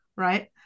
right